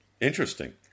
Interesting